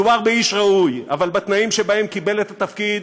מדובר באיש ראוי, אבל בתנאים שבהם קיבל את התפקיד,